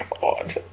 God